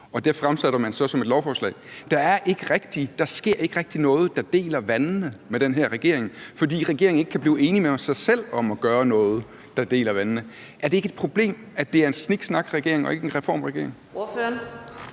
og det fremsætter man så som et lovforslag. Der sker ikke rigtig noget, der deler vandene med den her regering, fordi regeringen ikke kan blive enig med sig selv om at gøre noget, der deler vandene. Er det ikke et problem, at det er en sniksnakregering og ikke en reformregering? Kl.